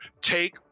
take